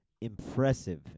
impressive